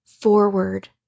forward